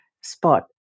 spot